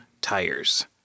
tires